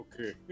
Okay